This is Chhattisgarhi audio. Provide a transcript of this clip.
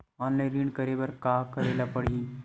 ऑनलाइन ऋण करे बर का करे ल पड़हि?